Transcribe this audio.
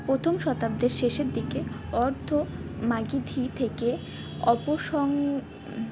প্রথম শতাব্দের শেষের দিকে অর্ধ মাগিধী থেকে অপসং